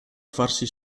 farsi